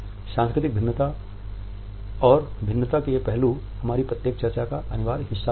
सांस्कृतिक भिन्नता और भिन्नता के ये पहलू हमारी प्रत्येक चर्चा का अनिवार्य हिस्सा होंगे